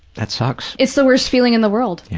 that sucks. it's the worst feeling in the world, yeah